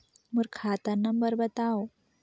मोर खाता नम्बर बताव?